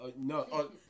no